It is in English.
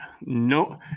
No